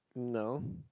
no